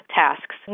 tasks